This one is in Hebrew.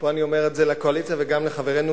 ופה אני אומר את זה לקואליציה וגם לחברינו,